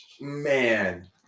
Man